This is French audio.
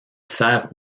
sert